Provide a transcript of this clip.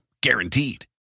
Guaranteed